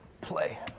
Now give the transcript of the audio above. Play